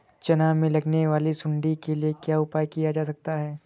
चना में लगने वाली सुंडी के लिए क्या उपाय किया जा सकता है?